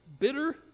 Bitter